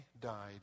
died